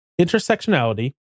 Intersectionality